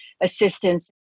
assistance